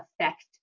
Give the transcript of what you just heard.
affect